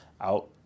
out